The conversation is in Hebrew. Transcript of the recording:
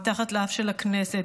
מתחת לאף של הכנסת,